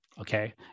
okay